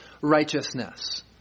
righteousness